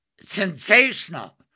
sensational